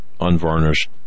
unvarnished